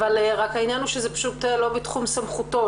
אבל רק העניין הוא שזה פשוט לא בתחום סמכותו.